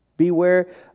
Beware